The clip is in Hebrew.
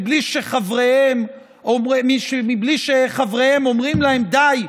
בלי שחבריהם אומרים להם: די,